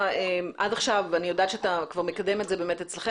עד עכשיו אני יודעת שאתה כבר מקדם את זה אצלכם,